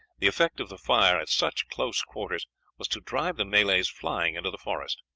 the effect of the fire at such close quarters was to drive the malays flying into the forest.